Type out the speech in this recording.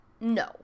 No